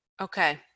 Okay